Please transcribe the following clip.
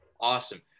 Awesome